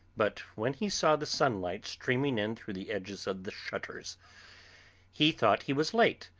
but when he saw the sunlight streaming in through the edges of the shutters he thought he was late,